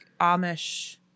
Amish